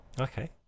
Okay